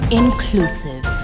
inclusive